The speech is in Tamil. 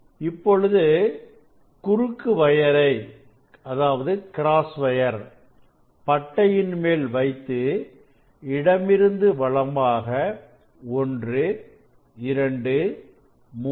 இப்பொழுது குறுக்கு வயரை பட்டையின் மேல் வைத்து இடமிருந்து வலமாக 1 2 3